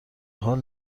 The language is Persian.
حال